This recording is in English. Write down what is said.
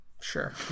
sure